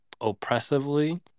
oppressively